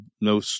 no